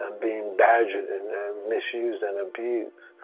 and being badgered and misused and abused.